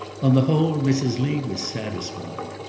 on the whole, mrs. lee was satisfied.